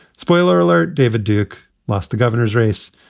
spoiler alert. david duke lost the governor's race.